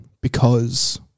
because-